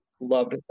Loved